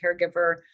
caregiver